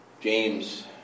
James